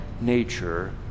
nature